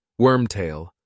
Wormtail